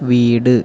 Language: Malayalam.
വീട്